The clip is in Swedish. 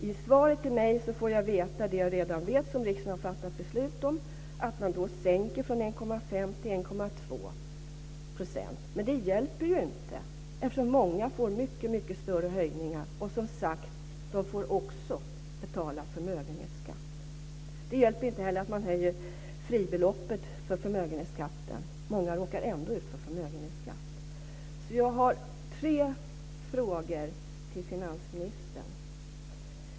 I svaret till mig får jag veta det jag redan vet som riksdagen har fattat beslutat om, att man sänker skattesatsen från 1,5 % till 1,2 %. Men det hjälper ju inte eftersom många får mycket större höjningar. Och, som sagt, de får också betala förmögenhetsskatt. Det hjälper inte heller att man höjer fribeloppet för förmögenhetsskatten. Många råkar ändå ut för förmögenhetsskatt. Jag har tre frågor till finansministern.